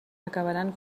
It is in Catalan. acabaran